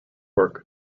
work